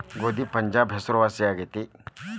ಗೋಧಿಗೆ ಪಂಜಾಬ್ ಹೆಸರುವಾಸಿ ಆಗೆತಿ